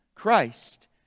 Christ